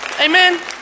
Amen